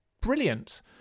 brilliant